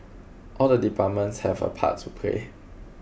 all the departments had a part to play